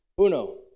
Uno